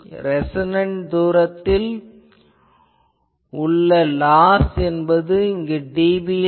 இது ரேசொனன்ட் என்பதிலிருந்து தூரத்தில் உள்ள லாஸ் dB யில்